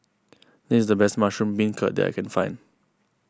this is the best Mushroom Beancurd that I can find